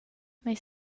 meis